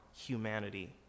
humanity